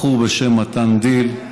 בחור בשם מתן דיל,